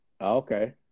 Okay